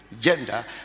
gender